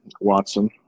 Watson